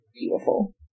beautiful